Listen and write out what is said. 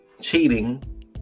cheating